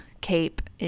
cape